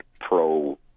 pro